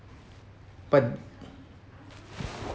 but